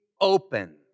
open